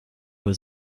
was